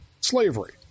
slavery